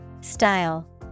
Style